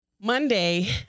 Monday